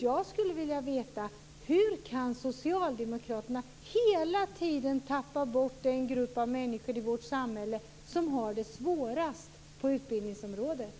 Jag skulle vilja veta: Hur kan socialdemokraterna hela tiden tappa bort den grupp av människor i vårt samhälle som har det svårast på utbildningsområdet?